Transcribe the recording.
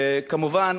כמובן,